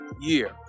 year